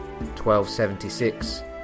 1276